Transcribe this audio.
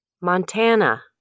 Montana